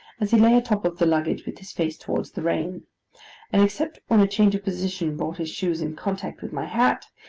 as he lay a-top of the luggage with his face towards the rain and except when a change of position brought his shoes in contact with my hat,